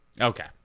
Okay